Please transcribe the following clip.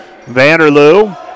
Vanderloo